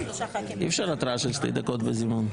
אי-אפשר התראה של שתי דקות בזימון.